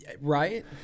Right